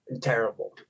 terrible